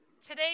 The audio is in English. today